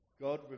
God